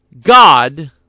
God